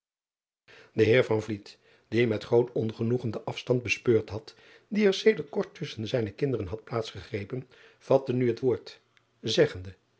e eer die met groot ongenoegen den afstand bespeurd had die er sedert kort tusschen zijne kinderen had plaats gegrepen vatte nu het woord zeggende